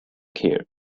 care